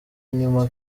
inyuma